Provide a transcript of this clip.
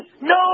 no